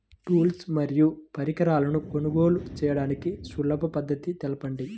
Tools మరియు పరికరాలను కొనుగోలు చేయడానికి సులభ పద్దతి తెలపండి?